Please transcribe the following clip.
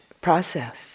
process